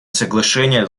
соглашение